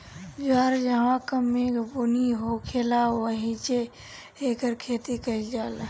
जवार जहवां कम मेघ बुनी होखेला ओहिजे एकर खेती कईल जाला